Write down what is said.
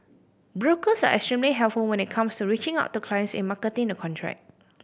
brokers are extremely helpful when it comes to reaching out to clients in marketing the contract